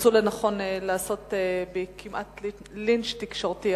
מצאו לנכון לעשות בי כמעט לינץ' תקשורתי.